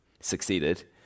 succeeded